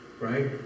right